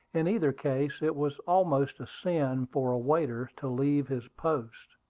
in either case, it was almost a sin for a waiter to leave his post.